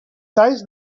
xais